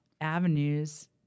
avenues